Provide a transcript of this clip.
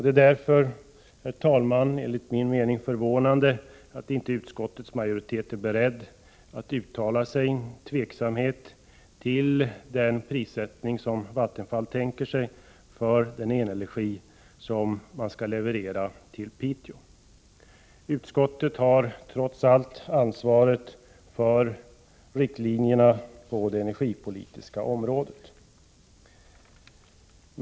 Det är därför, herr talman, enligt min mening förvånande att inte utskottets majoritet är beredd att uttala sin tveksamhet till den prissättning som Vattenfall tänker sig för den elenergi som man skall leverera till Piteå. Utskottet har, trots allt, ansvaret för riktlinjerna på det energipolitiska området.